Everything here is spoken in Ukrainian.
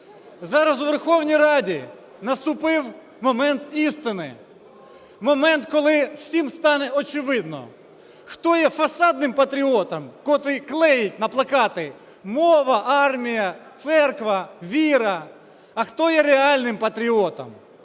Зараз у Верховній Раді наступив момент істини. Момент, коли всім стане очевидно, хто є фасадним патріотом, котрий клеїть на плакати "Мова. Армія. Церква. Віра", а хто є реальним патріотом.